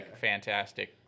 fantastic